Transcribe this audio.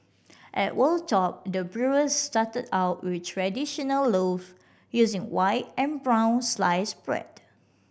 at Wold Top the brewers started out with traditional loaves using white and brown sliced bread